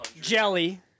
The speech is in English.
jelly